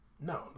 No